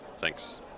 Thanks